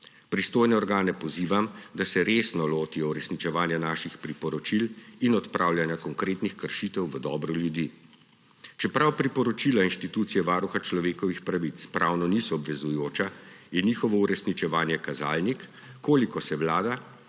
Pristojne organe pozivam, da se resno lotijo uresničevanja naših priporočil in odpravljanja konkretnih kršitev v dobro ljudi. Čeprav priporočila inštitucije Varuha človekovih pravic pravno niso obvezujoča, je njihovo uresničevanje kazalnik, koliko se Vlada,